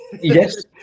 Yes